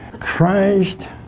Christ